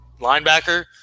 linebacker